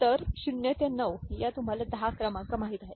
तर 0 ते 9 या तुम्हाला 10 क्रमांक माहित आहेत